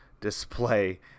display